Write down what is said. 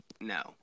No